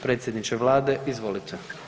Predsjedniče vlade izvolite.